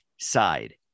side